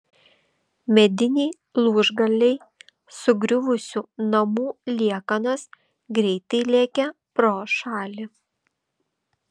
mediniai lūžgaliai sugriuvusių namų liekanos greitai lėkė pro šalį